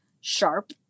sharp